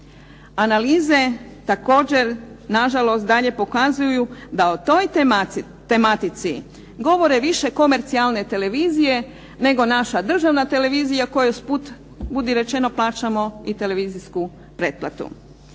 Analize također nažalost dalje pokazuju da o toj tematici govore više komercijalne televizije nego naša Državna televizija kojoj, usput budi rečeno, plaćamo i televizijsku pretplatu.